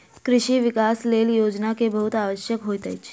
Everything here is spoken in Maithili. कृषि विकासक लेल योजना के बहुत आवश्यकता होइत अछि